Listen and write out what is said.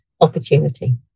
opportunity